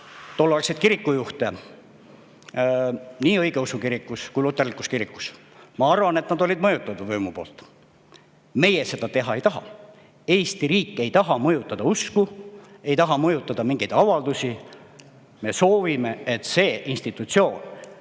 tolleaegsed kirikujuhte nii õigeusu kirikus kui ka luterlikus kirikus, ma arvan, et nad olid võimu poolt mõjutatud. Meie seda teha ei taha. Eesti riik ei taha mõjutada usku, ei taha mõjutada mingeid avaldusi. Me soovime, et see institutsioon,